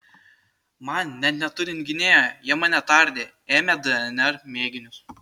man net neturint gynėjo jie mane tardė ėmė dnr mėginius